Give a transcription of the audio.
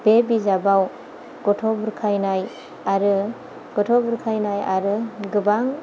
बे बिजाबाव गथ' बुरखायनाय आरो गथ' बुरखायनाय आरो गोबां